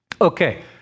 Okay